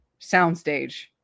soundstage